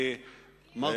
היא לא רק תמכה, היא יזמה.